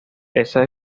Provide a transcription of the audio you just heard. esa